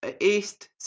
East